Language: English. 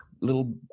little